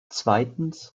zweitens